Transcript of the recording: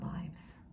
lives